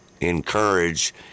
encourage